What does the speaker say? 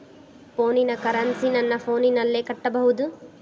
ಫೋನಿನ ಕರೆನ್ಸಿ ನನ್ನ ಫೋನಿನಲ್ಲೇ ಕಟ್ಟಬಹುದು?